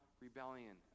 rebellion